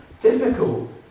difficult